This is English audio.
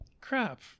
Crap